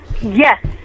Yes